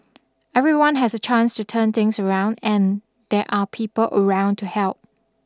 everyone has a chance to turn things around and there are people around to help